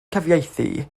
cyfieithu